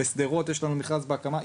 בשדרות יש לנו מכרז בהקמה,